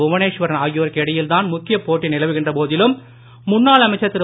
புவனேஸ்வரன் ஆகியோருக்கு இடையில்தான் முக்கியப் போட்டி நிலவுகின்ற போதிலும் முன்னாள் அமைச்சர் திரு